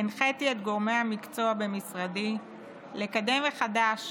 הנחיתי את גורמי המקצוע במשרדי לקדם מחדש